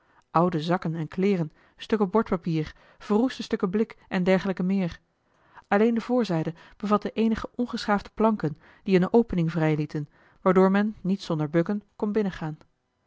oude zakken en kleeren stukken bordpapier verroeste stukken blik en dergelijke meer alleen de voorzijde bevatte eenige ongeschaafde planken die eene opening vrijlieten waardoor men niet zonder bukken kon binnengaan